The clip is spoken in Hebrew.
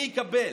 מי יקבל?